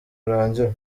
urangira